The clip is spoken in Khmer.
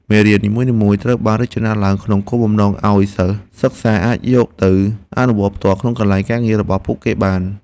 មេរៀននីមួយៗត្រូវបានរចនាឡើងក្នុងគោលបំណងឱ្យអ្នកសិក្សាអាចយកទៅអនុវត្តផ្ទាល់ក្នុងកន្លែងការងាររបស់ពួកគេបាន។